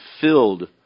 filled